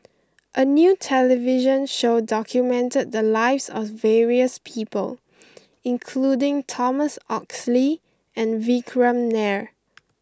a new television show documented the lives of various people including Thomas Oxley and Vikram Nair